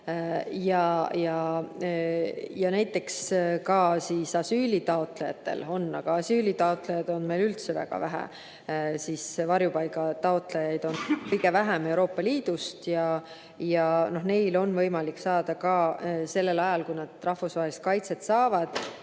ja näiteks ka asüülitaotlejatel, aga asüülitaotlejaid on meil üldse väga vähe. Varjupaiga taotlejaid on kõige vähem Euroopa Liidust ja neil on võimalik saada ka sellel ajal, kui nad rahvusvahelist kaitset saavad,